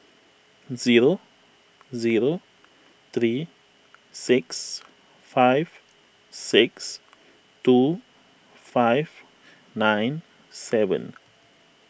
zero zero three six five six two five nine seven